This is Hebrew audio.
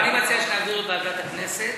אני מציע שנעביר לוועדת הכנסת,